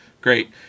Great